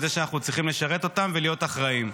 את זה שאנחנו צריכים לשרת אותם ולהיות אחראים.